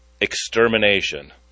extermination